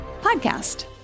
podcast